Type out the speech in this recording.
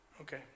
Okay